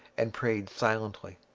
and prayed silently.